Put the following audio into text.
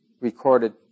recorded